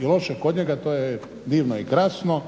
je loše kod njega to je divno i krasno.